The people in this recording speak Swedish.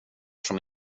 som